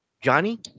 Johnny